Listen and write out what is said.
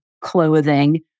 clothing